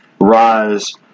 rise